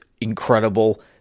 incredible